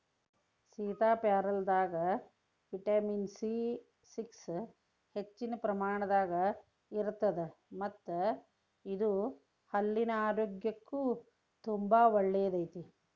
ಸೇತಾಪ್ಯಾರಲದಾಗ vitamin B six ಹೆಚ್ಚಿನ ಪ್ರಮಾಣದಾಗ ಇರತ್ತದ ಮತ್ತ ಇದು ಹಲ್ಲಿನ ಆರೋಗ್ಯಕ್ಕು ತುಂಬಾ ಒಳ್ಳೆಯದೈತಿ